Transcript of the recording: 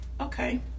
okay